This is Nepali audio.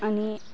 अनि